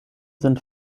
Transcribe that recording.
sind